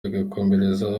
bagakomereza